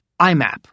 IMAP